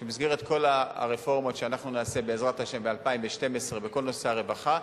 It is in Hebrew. שבמסגרת כל הרפורמות שנעשה בעזרת השם ב-2012 בכל נושא הרווחה,